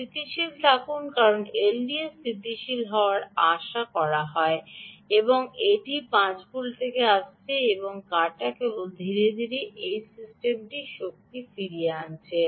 স্থিতিশীল থাকুন কারণ এলডিও স্থিতিশীল হওয়ার আশা করা হয় এবং এটি এই 5 ভোল্ট থেকে আসছে এবং কাটা কেবল ধীরে ধীরে এই সিস্টেমে শক্তি ফিরিয়ে আনছে